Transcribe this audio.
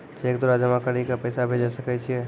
Cheque द्वारा जमा करि के पैसा भेजै सकय छियै?